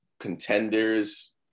contenders